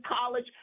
college